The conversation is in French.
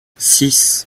six